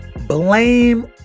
blame